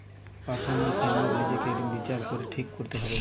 personal finance নিজেকে বিচার করে ঠিক কোরতে হবে